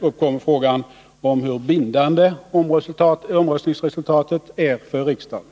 uppkommer frågan, hur bindande omröstningsresultatet är för riksdagen.